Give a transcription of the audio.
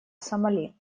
сомали